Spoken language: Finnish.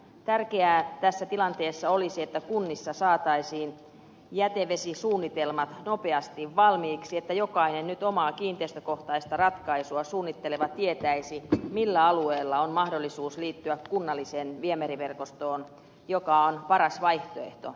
tärkeää tässä tilanteessa olisi että kunnissa saataisiin jätevesisuunnitelmat nopeasti valmiiksi että jokainen nyt omaa kiinteistökohtaista ratkaisuaan suunnitteleva tietäisi millä alueella on mahdollisuus liittyä kunnalliseen viemäriverkostoon joka on paras vaihtoehto